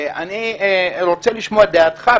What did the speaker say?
ואני רוצה לשמוע את דעתך,